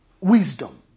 Wisdom